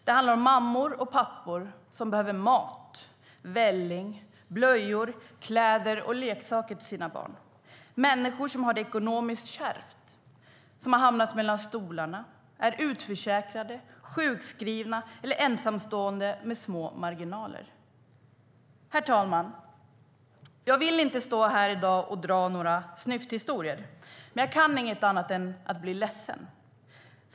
Det handlar om mammor och pappor som behöver mat, välling, blöjor, kläder och leksaker till sina barn, människor som har det ekonomiskt kärvt, som har hamnat mellan stolarna, är utförsäkrade, sjukskrivna eller ensamstående med små marginaler. Herr talman! Jag vill inte stå här i dag och dra några snyfthistorier. Men jag kan inget annat än att bli ledsen.